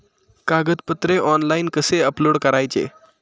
कागदपत्रे ऑनलाइन कसे अपलोड करायचे?